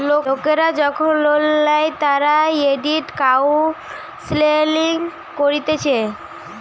লোকরা যখন লোন নেই তারা ক্রেডিট কাউন্সেলিং করতিছে